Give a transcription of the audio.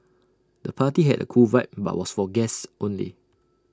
the party had A cool vibe but was for guests only